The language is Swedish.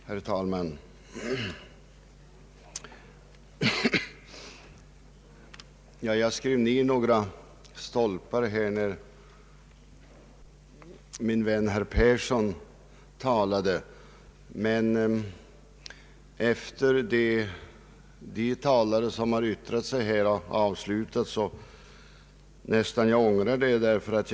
Herr talman! Jag skrev ned några stolpar när min vän herr Yngve Persson talade, men efter de anföranden som här hållits av tidigare talare ångrade jag nästan att jag begärt ordet.